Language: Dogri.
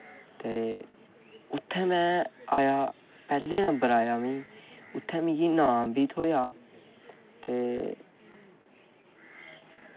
ते उत्थै में आया पैह्ले नंबर आया में उत्थै मिगी इनाम बी थ्होआ ते